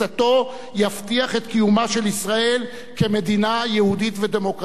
יבטיח את קיומה של ישראל כמדינה יהודית ודמוקרטית.